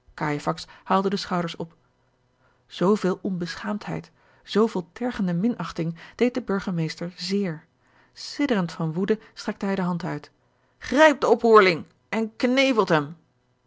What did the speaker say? haalde de schouders op zooveel onbeschaamheid zooveel tergende minachting deed den hurgermeester zéér sidderend van woede strekte hij de hand uit grijpt den oproerling en